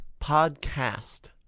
Podcast